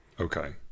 Okay